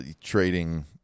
trading